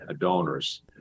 donors